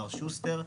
מר שוסטר,